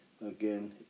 again